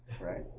right